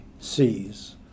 sees